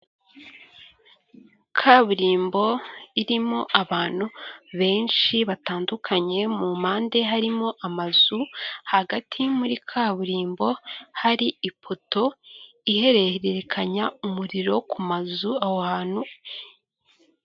Kaburimbo irimo abantu benshi batandukanye mu mpande harimo amazu, hagati muri kaburimbo hari ipoto ihererekanya umuriro ku mazu aho hantu....